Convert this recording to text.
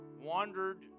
wandered